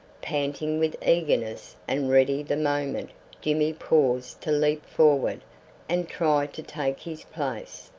panting with eagerness and ready the moment jimmy paused to leap forward and try to take his place.